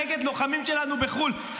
נגד לוחמים שלנו בחו"ל.